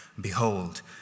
behold